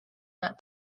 not